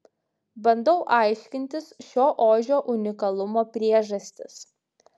bandau aiškintis šio ožio unikalumo priežastis